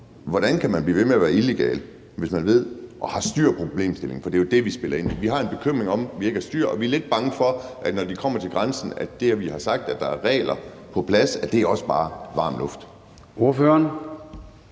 Hvordan kan man blive ved med at være illegal, hvis vi har styr på problemstillingen? For det er jo det, vi spiller ind med; vi har en bekymring om, at der ikke er styr på det. Og vi er lidt bange for situationen, når de kommer til grænsen, hvor man har sagt, at reglerne er på plads – at det også bare er varm luft. Kl.